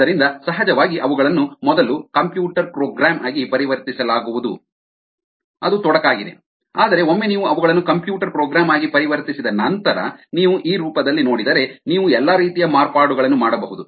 ಆದ್ದರಿಂದ ಸಹಜವಾಗಿ ಅವುಗಳನ್ನು ಮೊದಲು ಕಂಪ್ಯೂಟರ್ ಪ್ರೋಗ್ರಾಂ ಆಗಿ ಪರಿವರ್ತಿಸುವುದು ತೊಡಕಾಗಿದೆ ಆದರೆ ಒಮ್ಮೆ ನೀವು ಅವುಗಳನ್ನು ಕಂಪ್ಯೂಟರ್ ಪ್ರೋಗ್ರಾಂ ಆಗಿ ಪರಿವರ್ತಿಸಿದ ನಂತರ ನೀವು ಈ ರೂಪದಲ್ಲಿ ನೋಡಿದರೆ ನೀವು ಎಲ್ಲಾ ರೀತಿಯ ಮಾರ್ಪಾಡುಗಳನ್ನು ಮಾಡಬಹುದು